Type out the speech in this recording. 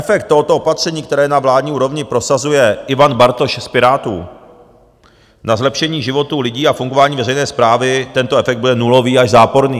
Efekt tohoto opatření, které na vládní úrovni prosazuje Ivan Bartoš z Pirátů, na zlepšení životů lidí a fungování veřejné správy, tento efekt bude nulový až záporný.